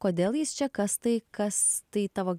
kodėl jis čia kas tai kas tai tavo